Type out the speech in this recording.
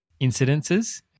incidences